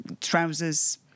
trousers